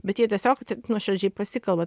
bet jie tiesiog nuoširdžiai pasikalba